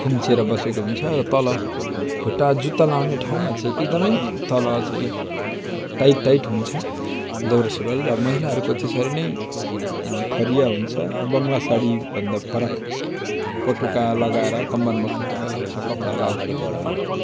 खुम्चिएर बसेको हुन्छ र तल खुट्टा जुत्ता लगाउने ठाउँमा चाहिँ एकदम तल चाहिँ टाइट टाइट हुन्छ दौरा सुरुवाल र महिलाहरूको चाहिँ त्यसरी नै फरिया हुन्छ बङ्ग्ला साडी भन्दा फरक पटुका लगाएर कम्मरमा पटुका लगाउँछ कपडा लगाउँछ र